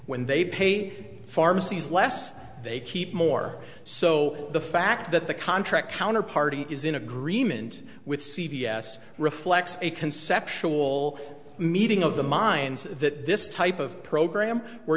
when they pay pharmacies less they keep more so the fact that the contract counterparty is in agreement with c v s reflects a conceptual meeting of the minds that this type of program where